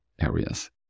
areas